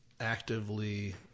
actively